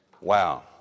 wow